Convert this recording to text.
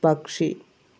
പക്ഷി